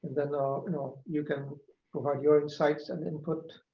then you know you can provide your insights and input